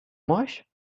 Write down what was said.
much